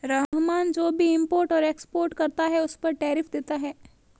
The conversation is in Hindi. रहमान जो भी इम्पोर्ट और एक्सपोर्ट करता है उस पर टैरिफ देता है